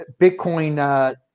Bitcoin